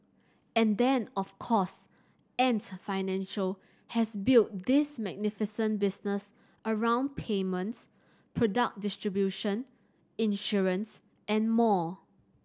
and then of course Ant Financial has built this magnificent business around payments product distribution insurance and more